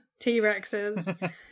T-Rexes